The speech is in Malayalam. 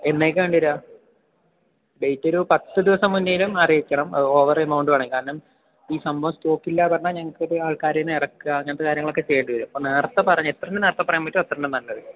എന്നേക്കാണ് വേണ്ടി വരിക ഡേറ്റ് ഒരു പത്ത് ദിവസം മുന്നെയെങ്കിലും അറിയിക്കണം അത് ഓവർ എമൗണ്ടും ആണ് കാരണം ഈ സംഭവം സ്റ്റോക്ക് ഇല്ല പറഞ്ഞാൽ ഞങ്ങൾക്ക് അത് ആൾക്കാരിൽ നിന്ന് ഇറക്കുക അങ്ങനത്തെ കാര്യങ്ങളൊക്കെ ചെയ്യേണ്ടി വരും അപ്പം നേരത്തെ പറഞ്ഞാൽ എത്രയും നേരത്തെ പറയാൻ പറ്റുമോ അത്രയും നല്ലത്